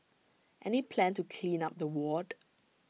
any plan to clean up the ward